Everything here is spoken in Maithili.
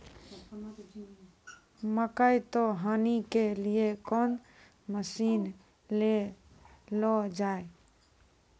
मकई तो हनी के लिए कौन मसीन ले लो जाए?